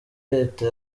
leta